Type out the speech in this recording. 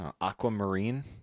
aquamarine